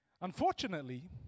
Unfortunately